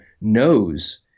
knows